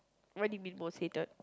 what do you mean most hated